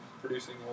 Producing